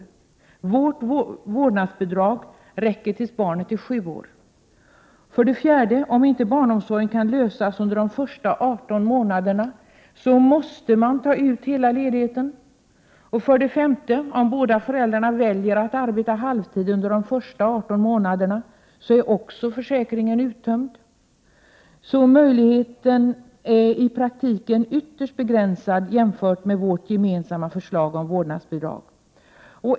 Det av oss föreslagna vårdnadsbidraget räcker tills barnet är sju år. För det fjärde: Om barnomsorgsfrågan inte kan lösas under de första 18 månaderna, måste man ta ut hela ledigheten. För det femte: Om båda föräldrarna väljer att arbeta halvtid under de första 18 månaderna, blir försäkringen uttömd. Möjligheterna är i praktiken ytterst begränsade jämfört med vårt förslag om vårdnadsbidrag.